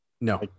no